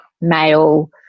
male